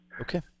Okay